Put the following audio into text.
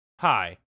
Hi